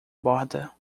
borda